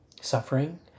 suffering